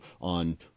on